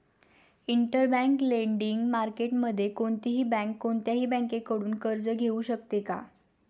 Interbank lending मार्केटमध्ये कोणतीही bank कोणत्याही बँकेकडून कर्ज घेऊ शकते का?